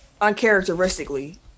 Uncharacteristically